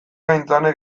aintzanek